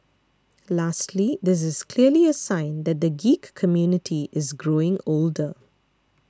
lastly this is clearly a sign that the geek community is growing older